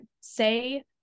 say